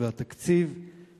להעביר 50% מתקציב המכינות